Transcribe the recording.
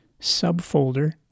subfolder